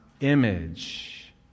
image